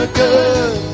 good